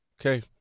Okay